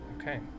Okay